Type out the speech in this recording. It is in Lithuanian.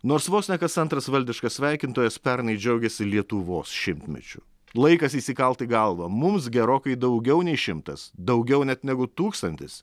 nors vos ne kas antras valdiškas sveikintojas pernai džiaugėsi lietuvos šimtmečiu laikas įsikalt į galvą mums gerokai daugiau nei šimtas daugiau net negu tūkstantis